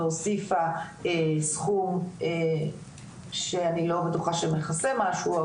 והוסיפה סכום שאני לא בטוחה שמכסה משהו,